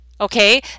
Okay